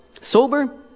sober